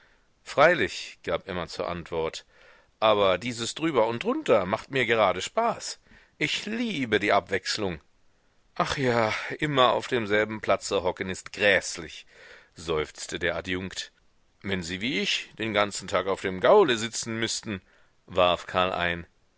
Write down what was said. freilich gab emma zur antwort aber dieses drüber und drunter macht mir gerade spaß ich liebe die abwechselung ach ja immer auf demselben platze hocken ist gräßlich seufzte der adjunkt wenn sie wie ich den ganzen tag auf dem gaule sitzen müßten warf karl ein